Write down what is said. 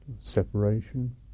separation